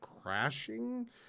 crashing